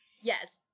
Yes